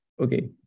okay